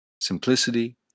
simplicity